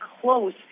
close